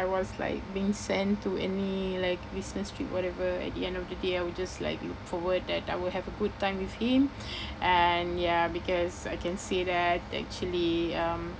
I was like being sent to any like business trip whatever at the end of the day I would just like look forward that I will have a good time with him and ya because I can say that actually um